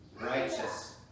righteous